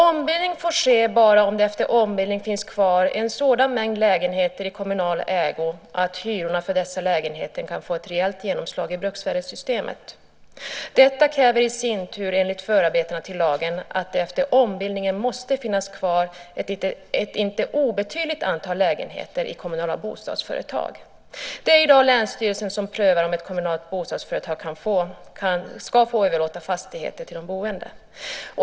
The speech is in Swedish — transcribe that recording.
Ombildning får ske bara om det efter ombildningen finns kvar en sådan mängd lägenheter i kommunal ägo att hyrorna för dessa lägenheter kan få ett reellt genomslag i bruksvärdessystemet. Detta kräver i sin tur enligt förarbetena till lagen att det efter ombildningen måste finnas kvar ett inte obetydligt antal lägenheter i kommunala bostadsföretag. Det är i dag länsstyrelsen som prövar om ett kommunalt bostadsföretag ska få överlåta fastigheter till de boende.